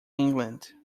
england